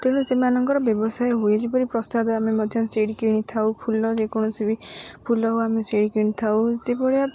ତେଣୁ ସେମାନଙ୍କର ବ୍ୟବସାୟ ହୁଏ ଯେପରି ପ୍ରସାଦ ଆମେ ମଧ୍ୟ ସେଇଠି କିଣିଥାଉ ଫୁଲ ଯେକୌଣସି ବି ଫୁଲ ହଉ ଆମେ ସେଇଠି କିଣିଥାଉ ସେଭଳିଆ